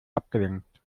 abgelenkt